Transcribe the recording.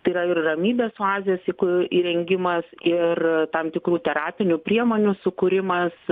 tai yra ir ramybės oazės įku įrengimas ir tam tikrų terapinių priemonių sukūrimas